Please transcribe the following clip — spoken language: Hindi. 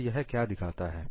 तो यह क्या दिखाता है